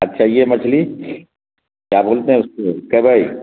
اچھا یہ مچھلی کیا بولتے ہیں اس کو کیبئی